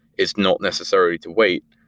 is not necessarily to wait.